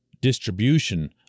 distribution